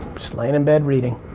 just lying in bed reading.